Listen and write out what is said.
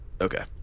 Okay